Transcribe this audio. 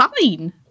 fine